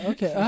Okay